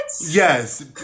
Yes